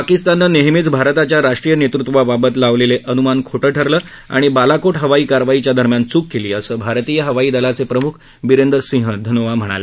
पाकिस्तानने नेहमीच भारताच्या राष्ट्रीय नेतृत्वाबाबत लावलेले अनुमान खोटं ठरलं आणि बालाकोट हवाई कारवाईच्या दरम्यान चूक केली असं भारतीय हवाई दलाचे प्रमुख बीरेंदर सिंह धनोआ म्हणाले